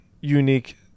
unique